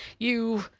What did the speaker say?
you.